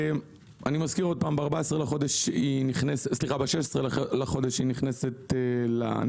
אני מזכיר עוד פעם ב-16 בחודש היא נכנסת לנכס.